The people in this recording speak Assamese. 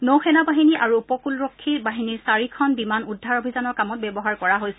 নৌসেনা বাহিনী আৰু উপকুলৰক্ষী বাহিনীৰ চাৰিখন বিমান উদ্ধাৰ অভিযানৰ কামত ব্যৱহাৰ কৰা হৈছে